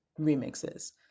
remixes